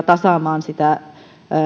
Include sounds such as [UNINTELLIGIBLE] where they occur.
[UNINTELLIGIBLE] tasaamaan